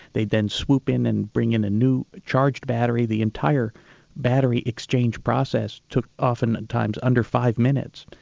they'd then swoop in and bring in a new charged battery the entire battery exchange process took oftentimes under five minutes.